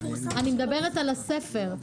אני מדברת על הספר,